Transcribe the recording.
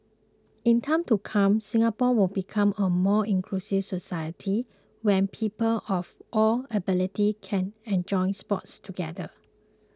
in time to come Singapore will become a more inclusive society where people of all abilities can enjoy sports together